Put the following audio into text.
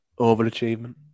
overachievement